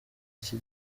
iki